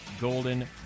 Golden